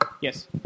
Yes